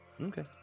okay